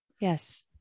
Yes